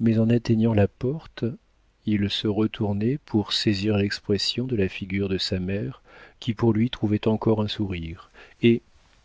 mais en atteignant la porte il se retournait pour saisir l'expression de la figure de sa mère qui pour lui trouvait encore un sourire et